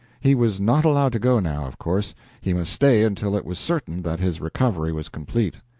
he was not allowed to go, now, of course he must stay until it was certain that his recovery was complete.